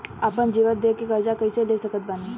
आपन जेवर दे के कर्जा कइसे ले सकत बानी?